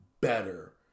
better